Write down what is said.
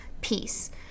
peace